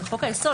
בחוק היסוד,